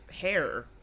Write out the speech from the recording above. hair